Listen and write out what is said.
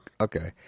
Okay